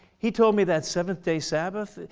he told me that seventh day sabbath,